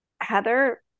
Heather